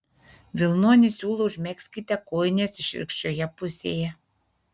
vilnonį siūlą užmegzkite kojinės išvirkščioje pusėje